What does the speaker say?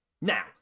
Now